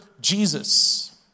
Jesus